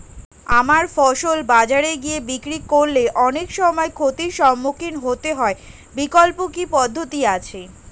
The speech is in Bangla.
আমার ফসল বাজারে গিয়ে বিক্রি করলে অনেক সময় ক্ষতির সম্মুখীন হতে হয় বিকল্প কি পদ্ধতি আছে?